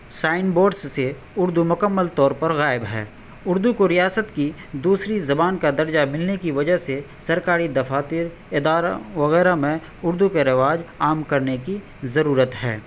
sign boards سے اردو مکمل طور پر غائب ہے اردو کو ریاست کی دوسری زبان کا درجہ ملنے کی وجہ سے سرکاری دفاتر اداروں وغیرہ میں اردو کا رواج عام کرنے کی ضرورت ہے